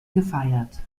gefeiert